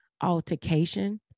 altercation